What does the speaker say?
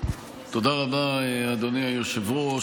תודה רבה, אדוני היושב-ראש.